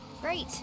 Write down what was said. great